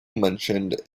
mentioned